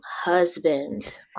husband